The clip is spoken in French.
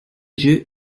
jeu